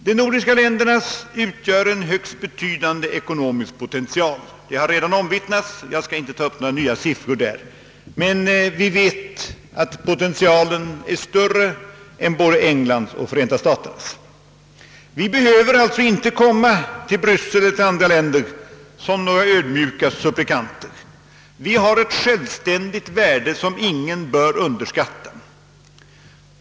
De nordiska länderna utgör en högst betydande ekonomisk potential; det har redan omvittnats, och jag skall inte anföra några ytterligare siffror därvidlag. Vi vet att vår import från EEC är större än både Englands och Förenta staternas. Vi behöver alltså inte komma till Brässel eller till andra städer som några ödmjuka supplikanter. Vi har ett självständigt värde som ingen bör underskatta.